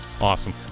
Awesome